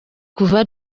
kuva